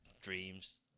dreams